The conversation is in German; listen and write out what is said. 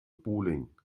bowling